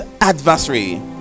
adversary